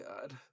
God